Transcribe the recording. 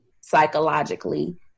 psychologically